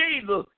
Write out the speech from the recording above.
Jesus